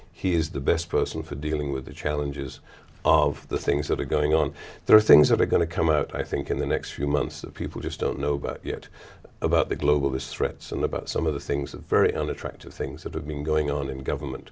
is the best person for dealing with the challenges of the things that are going on there are things that are going to come out i think in the next few months of people just don't know about yet about the global his threats and about some of the things the very unattractive things that have been going on in government